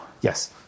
yes